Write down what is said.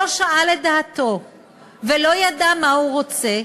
לא שמע את דעתו ולא ידע מה הוא רוצה,